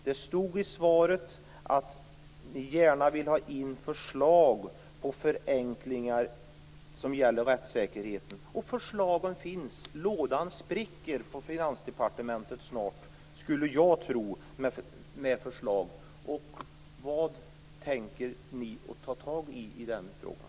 Det stod i svaret att ni gärna vill ha in förslag på förenklingar som gäller rättssäkerheten. Förslagen finns. Lådan med förslag spricker snart på Finansdepartementet, skulle jag tro. Vad tänker ni göra i den frågan?